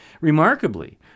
Remarkably